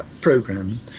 program